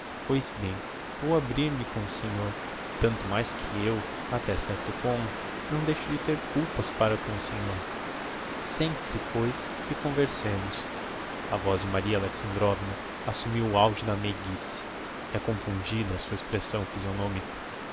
pois bem vou abrir-me com o senhor tanto mais que eu até certo ponto não deixo de ter culpas para com o senhor sente-se pois e conversemos a voz de maria alexandrovna assumiu o auge da meiguice é compungida a sua expressão phisionomica